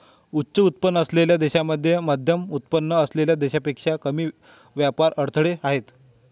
उच्च उत्पन्न असलेल्या देशांमध्ये मध्यमउत्पन्न असलेल्या देशांपेक्षा कमी व्यापार अडथळे आहेत